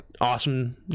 awesome